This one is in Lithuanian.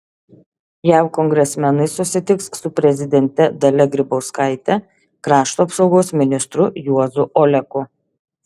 jav kongresmenai susitiks su prezidente dalia grybauskaite krašto apsaugos ministru juozu oleku